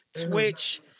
Twitch